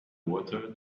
water